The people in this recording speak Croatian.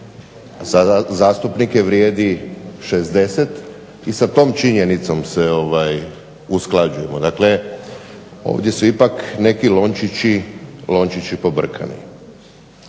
za zastupnike vrijedi 60 i sa tom činjenicom se usklađujemo. Dakle, ovdje su ipak neki lončići pobrkani.